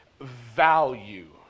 Value